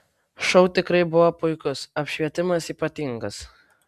šou tikrai buvo puikus apšvietimas ypatingas